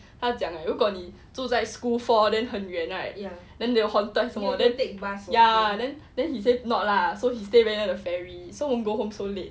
他讲 right 如果你住在 school four then 很远 right then haunted 还是什么 ya then then he say not lah so he stay near the ferry so won't go home so late